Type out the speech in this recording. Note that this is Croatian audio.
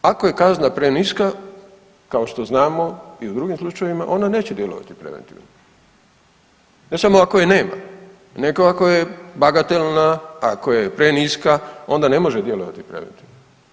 Ako je kazna preniska kao što znamo i u drugim slučajevima ona neće djelovati preventivno, ne samo ako je nema nego ako je bagatelna, ako je preniska onda ne može djelovati preventivno.